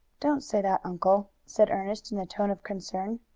don't say that, uncle, said ernest in a tone of concern.